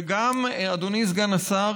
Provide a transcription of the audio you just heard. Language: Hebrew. וגם אדוני סגן השר,